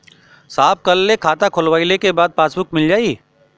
साहब कब ले खाता खोलवाइले के बाद पासबुक मिल जाई?